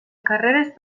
carreres